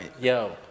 Yo